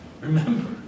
remember